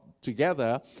together